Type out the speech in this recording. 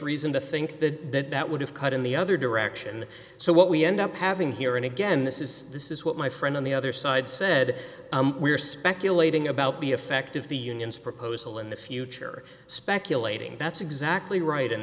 reason to think that that would have cut in the other direction so what we end up having here and again this is this is what my friend on the other side said we're speculating about the effect of the unions proposal in the future speculating that's exactly right and